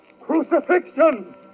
Crucifixion